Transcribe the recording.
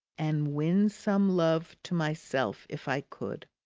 and win some love to myself if i could.